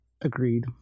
Agreed